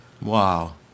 Wow